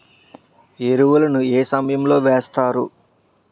ఎరువుల ను ఏ సమయం లో వేస్తారు?